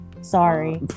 sorry